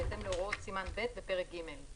בהתאם להוראות סימן ב' בפרק ג';